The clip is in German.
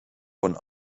von